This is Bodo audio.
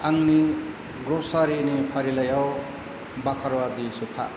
आंनि ग्रसारिनि फारिलाइयाव बाकारवादि सोफा